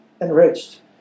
enriched